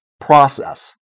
process